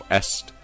est